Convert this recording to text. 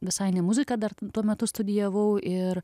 visai ne muziką dar tuo metu studijavau ir